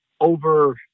over